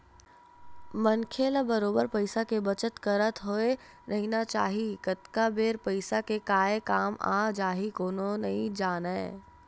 मनखे ल बरोबर पइसा के बचत करत होय रहिना चाही कतका बेर पइसा के काय काम आ जाही कोनो नइ जानय